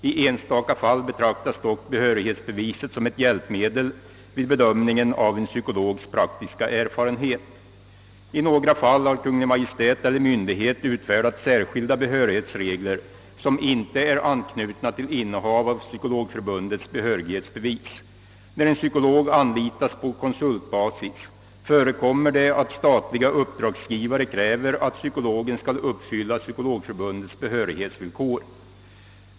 I enstaka fall betraktas dock behörighetsbeviset som ett hjälpmedel vid bedömningen av en psykologs praktiska erfarenhet. I några fall har Kungl. Maj:t eller myndighet utfärdat särskilda behörighetsregler, som inte är anknutna till innehav av Psykologförbundets behörighetsbevis. När en psykolog anlitas på konsultbasis förekommer det att statliga uppdragsgivare kräver att psykologen skall uppfylla Psykologförbundets behörighetsvillkor.